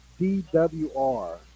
dwr